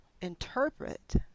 interpret